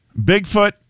Bigfoot